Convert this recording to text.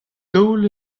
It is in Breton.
daol